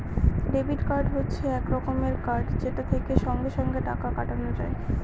debit card হচ্ছে এক রকমের কার্ড যেটা থেকে সঙ্গে সঙ্গে টাকা কাটানো যায়